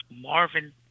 Marvin